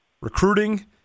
recruiting